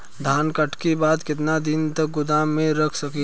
धान कांटेके बाद कितना दिन तक गोदाम में रख सकीला?